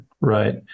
Right